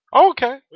Okay